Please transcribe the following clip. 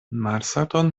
malsaton